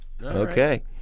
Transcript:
Okay